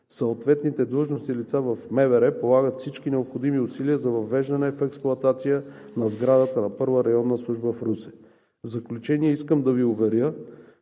Съответните длъжностни лица в МВР полагат всички необходими усилия за въвеждането в експлоатация на сградата на Първа районна служба в Русе. В заключение искам да Ви уверя,